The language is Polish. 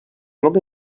mogę